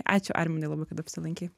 ačiū arminai labai kad apsilankei